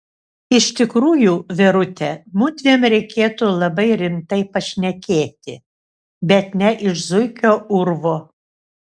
iš tikrųjų verute mudviem reikėtų labai rimtai pašnekėti bet ne iš zuikio urvo